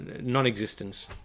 non-existence